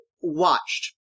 watched